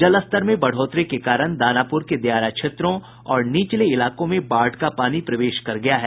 जलस्तर में बढ़ोतरी के कारण दानापुर के दियारा क्षेत्रों और निचले इलाकों में बाढ़ का पानी प्रवेश कर गया है